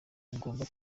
ugomba